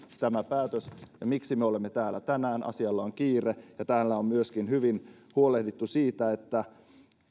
tämä päätös ja miksi me olemme täällä tänään asialla on kiire täällä on myöskin hyvin huolehdittu siitä että